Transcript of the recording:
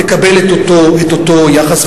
תקבל את אותו יחס,